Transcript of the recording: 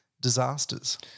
disasters